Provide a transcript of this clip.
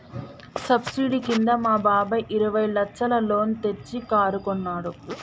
subsidy కింద మా బాబాయ్ ఇరవై లచ్చల లోన్ తెచ్చి కారు కొన్నాడు